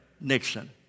Nixon